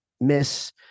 miss